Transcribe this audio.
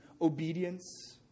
obedience